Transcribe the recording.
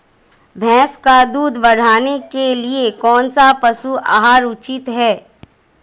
भैंस का दूध बढ़ाने के लिए कौनसा पशु आहार उचित है?